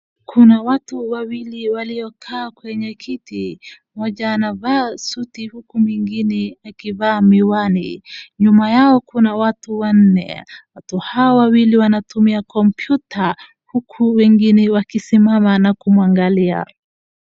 Kuna watu wawili waliokaa kwenye kiti, mmoja anavaa suti huku mwingine akivaa miwani. Nyuma yao kuna watu wanne. Watu hawa wawili wanatumia kompyuta huku wengi wakisimama na kuwaangalia.